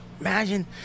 Imagine